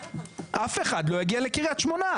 אף אחד לא יגיע לקריית שמונה.